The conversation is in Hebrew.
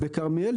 בכרמיאל,